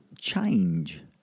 change